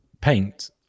paint